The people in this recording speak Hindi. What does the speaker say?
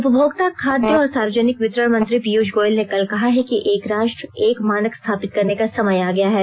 उपभोक्ता खाद्य और सार्वजनिक वितरण मंत्री पीयूष गोयल ने कल कहा है कि एक राष्ट्र एक मानक स्थापित करने का समय आ गया है